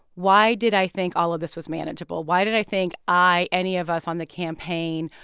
why did i think all of this was manageable? why did i think i, any of us on the campaign,